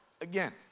again